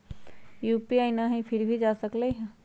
UPI न हई फिर भी जा सकलई ह?